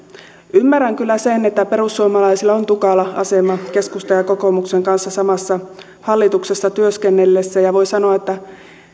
ymmärrän kyllä sen että perussuomalaisilla on tukala asema keskustan ja kokoomuksen kanssa samassa hallituksessa työskennellessä voi sanoa että